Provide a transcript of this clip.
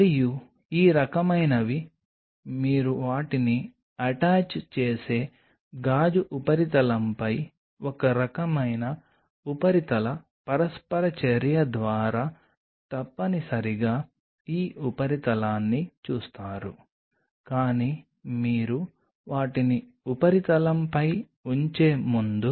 మరియు ఈ రకమైనవి మీరు వాటిని అటాచ్ చేసే గాజు ఉపరితలంపై ఒక రకమైన ఉపరితల పరస్పర చర్య ద్వారా తప్పనిసరిగా ఈ ఉపరితలాన్ని చూస్తారు కానీ మీరు వాటిని ఉపరితలంపై ఉంచే ముందు